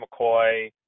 McCoy